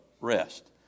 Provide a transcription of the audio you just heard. rest